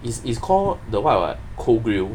it's it's call the what ah cold grill